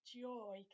joy